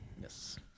yes